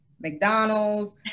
McDonald's